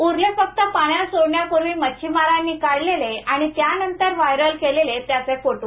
उरतील फक्त पाण्यात सोडण्यापूर्वी मच्छिमारांनी काढलेले आणि नंतर व्हायरल केलेले त्याचे फोटो